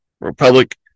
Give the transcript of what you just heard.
Republic